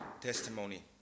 testimony